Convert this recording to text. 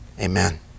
Amen